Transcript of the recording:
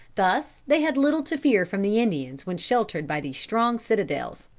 thus they had little to fear from the indians when sheltered by these strong citadels.